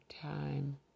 time